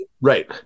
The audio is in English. Right